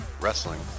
wrestling